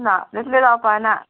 ना तितले जावपा ना